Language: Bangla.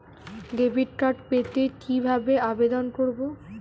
ডেবিট কার্ড পেতে কি ভাবে আবেদন করব?